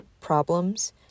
problems